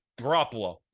Garoppolo